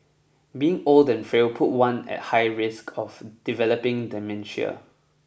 being old and frail put one at high risk of developing dementia